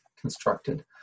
constructed